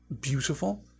beautiful